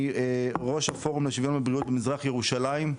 ראש הפורום לשוויון ובריאות מזרח ירושלים,